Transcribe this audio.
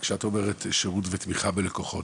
כשאת אומרת שירות ותמיכה בלקוחות,